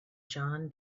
john